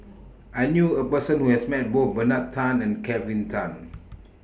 I knew A Person Who has Met Both Bernard Tan and Kelvin Tan